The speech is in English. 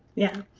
yeah.